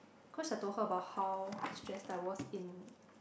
cause I told her about how stressed I was in